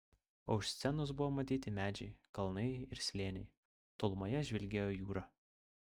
o už scenos buvo matyti medžiai kalnai ir slėniai tolumoje žvilgėjo jūra